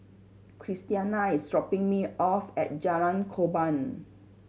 Christiana is dropping me off at Jalan Korban